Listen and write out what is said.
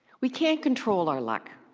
we can't control our luck.